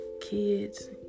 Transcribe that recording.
kids